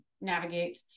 navigate